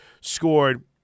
scored